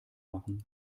machen